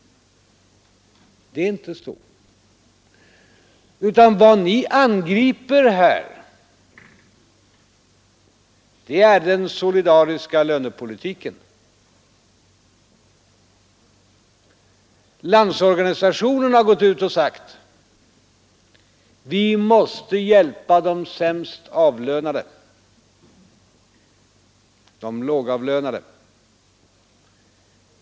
Det är inte så, utan vad ni här angriper är den solidariska lönepolitiken. Landsorganisationen har förklarat: ” Vi måste hjälpa de sämst avlönade, de lågavlönade.